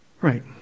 Right